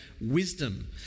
wisdom